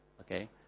Okay